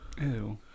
ew